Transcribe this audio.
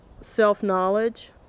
self-knowledge